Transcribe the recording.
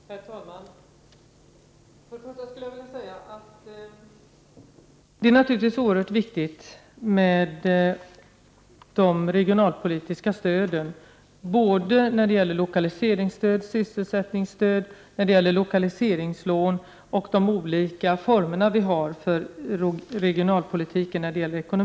Herr talman! Först och främst skulle jag vilja säga att det naturligtvis är oerhört viktigt med de regionalpolitiska stöden — lokaliseringsstöd, sysselsättningsstöd, lokaliseringslån, osv.